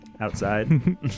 Outside